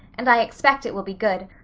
and i expect it will be good,